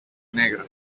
negro